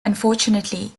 unfortunately